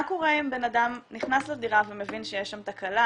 מה קורה אם בן אדם נכנס לדירה ומבין שיש שם תקלה,